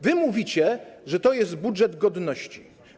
Wy mówicie, że to jest budżet godności.